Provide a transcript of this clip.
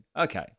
Okay